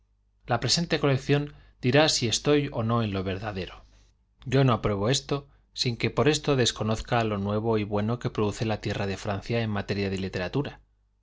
la presente colección dir a si estoy ó no en lo verdadero yo no apruebo esto sin que por esto desconozca lo mucho y bueno que produce la tierra de francia en mate ria de literatura